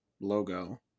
logo